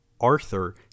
Arthur